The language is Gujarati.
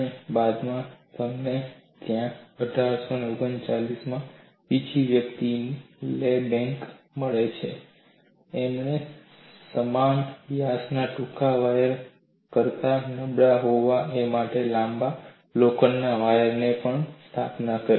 અને બાદમાં તમને ત્યાં 1839 માં બીજી વ્યક્તિ લે બ્લેન્ક મળી તેણે સમાન વ્યાસના ટૂંકા વાયર કરતાં નબળા હોવા માટે લાંબા લોખંડના વાયરની પણ સ્થાપના કરી